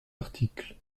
article